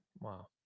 Wow